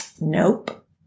Nope